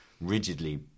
rigidly